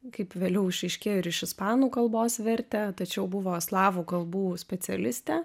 kaip vėliau išaiškėjo ir iš ispanų kalbos vertė tačiau buvo slavų kalbų specialistė